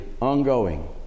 ongoing